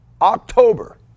October